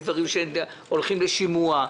יש דברים שהולכים לשימוע,